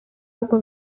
ahubwo